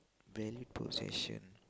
valued possession